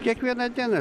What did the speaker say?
kiekvieną dieną